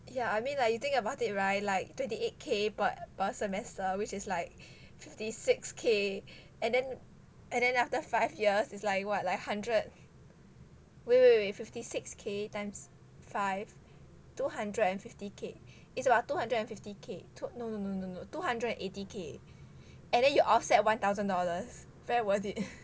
yeah I mean like you think about it [right] like twenty eight k per per semester which is like fifty six k and then and then after five years is like what like hundred wait wait wait fifty six k times five two hundred and fifty k it's about two hundred and fifty k tw~ no no no no no two hundred and eighty k and then you offset one thousand dollars very worth it